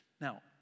Now